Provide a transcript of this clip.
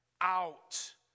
out